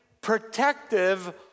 protective